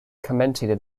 commented